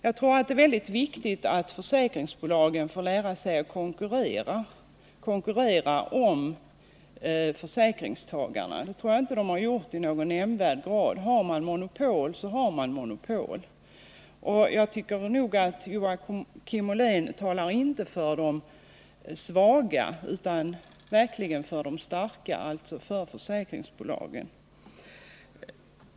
Jag tror att det är mycket viktigt att försäkringsbolagen får lära sig att konkurrera om försäkringstagarna. Det tror jag inte att de har gjort i någon nämnvärd grad — har man monopol så har man monopol. Jag tycker nog att Joakim Ollén inte talar för de svaga utan verkligen för de starka, dvs. för försäkringsbolagen.